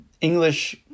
English